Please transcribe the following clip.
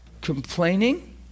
Complaining